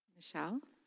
Michelle